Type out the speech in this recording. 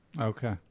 Okay